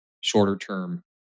shorter-term